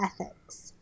ethics